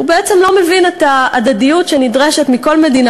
בעצם לא מבין את ההדדיות שנדרשת מכל מדינה.